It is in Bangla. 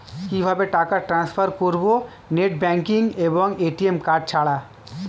কিভাবে টাকা টান্সফার করব নেট ব্যাংকিং এবং এ.টি.এম কার্ড ছাড়া?